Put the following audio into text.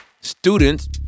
Students